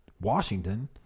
Washington